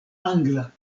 angla